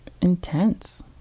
intense